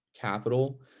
capital